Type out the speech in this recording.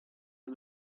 for